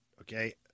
okay